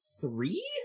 three